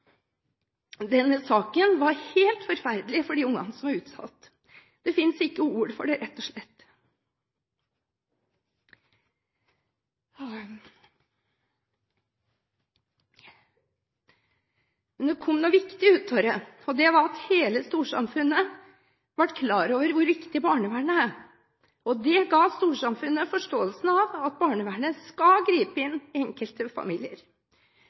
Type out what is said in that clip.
Denne saken var helt forferdelig for de ungene som var utsatt. Det finnes ikke ord for det, rett og slett. Men det kom noe viktig ut av dette, og det var at hele storsamfunnet ble klar over hvor viktig barnevernet er, og det ga storsamfunnet forståelsen av at barnevernet skal gripe inn i enkelte familier.